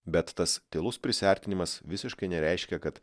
bet tas tylus prisiartinimas visiškai nereiškia kad